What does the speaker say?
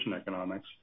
economics